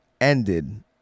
ended